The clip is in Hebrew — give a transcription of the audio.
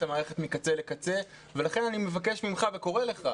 המערכת מקצה לקצה ולכן אני מבקש ממך וקורא לך,